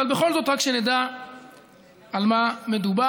אבל בכל זאת רק שנדע על מה מדובר.